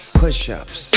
push-ups